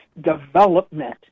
development